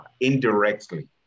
indirectly